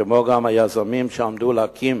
כמו גם היזמים שעמדו להקים